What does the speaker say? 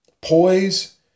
poise